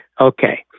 Okay